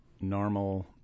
normal